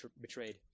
betrayed